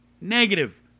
negative